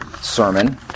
sermon